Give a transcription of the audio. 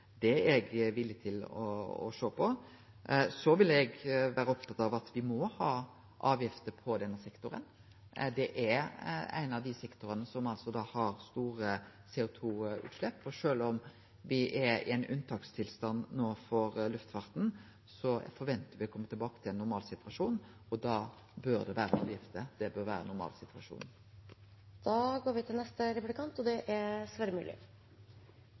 eg villig til. Så vil eg vere opptatt av at vi må ha avgifter i denne sektoren. Dette er ein av dei sektorane som har store CO 2 -utslepp, og sjølv om vi er i ein unntakstilstand no for luftfarten, så forventar vi å kome tilbake til ein normalsituasjon, og da bør det vere avgifter – det bør vere normalsituasjonen. Nå dreier dagens forslag og dagens sak seg i utgangspunktet om kortbanenettet vår, men luftfartssystemet i Norge er